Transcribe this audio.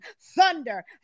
thunder